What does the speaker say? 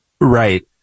Right